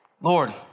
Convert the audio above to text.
Lord